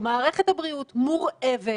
שמערכת הבריאות מורעבת.